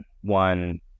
one